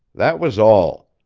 that was all.